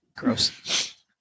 Gross